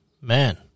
Man